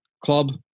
club